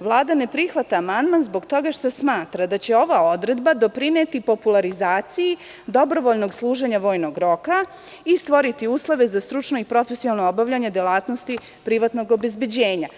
Vlada ne prihvata amandman zbog toga što smatra da će ova odredba doprineti popularizaciji dobrovoljnog služenja vojnog roka i stvoriti uslove za stručno i profesionalno obavljanje delatnosti privatnog obezbeđenja.